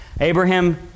Abraham